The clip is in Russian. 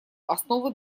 основу